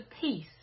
peace